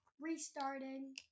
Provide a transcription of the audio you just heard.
restarting